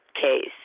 case